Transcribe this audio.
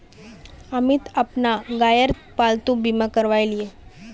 अमित अपना गायेर पालतू बीमा करवाएं लियाः